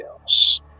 else